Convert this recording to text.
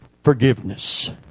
Forgiveness